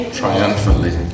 triumphantly